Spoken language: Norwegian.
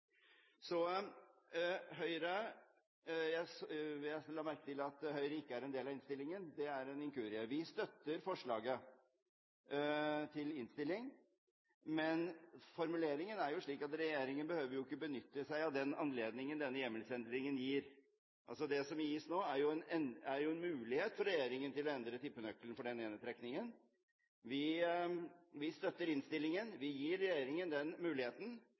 en inkurie. Vi støtter forslaget til innstilling. Men formuleringen er slik at regjeringen ikke behøver å benytte seg av den anledningen denne hjemmelsendringen gir. Det som gis nå, er en mulighet for regjeringen til å endre tippenøkkelen for denne ene trekningen. Vi støtter innstillingen. Vi gir regjeringen den muligheten,